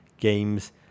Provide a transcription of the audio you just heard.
Games